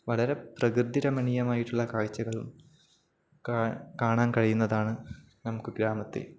വളരെ പ്രകൃതി രമണീയമായിട്ടുള്ള കാഴ്ചകൾ കാണാൻ കഴിയുന്നതാണ് നമുക്കു ഗ്രാമത്തെ